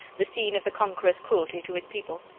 the scene of the conqueror's cruelty to his people.